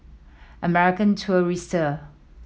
American Tourister